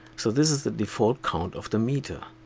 so this is the default count of the meter.